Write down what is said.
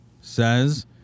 says